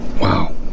Wow